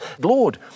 Lord